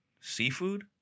Seafood